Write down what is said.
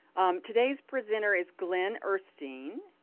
today's presenter is glen ehrstine.